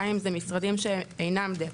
גם אם זה משרדים שאינם דפו,